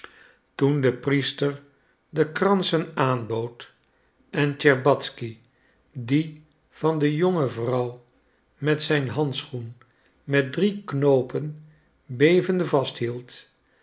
toen de priester de kransen aanbood en tscherbatzky dien van de jonge vrouw met zijn handschoen met drie knoopen bevende vasthield